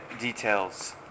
details